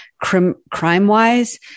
crime-wise